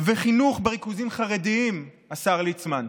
וחינוך בריכוזים חרדיים, השר ליצמן?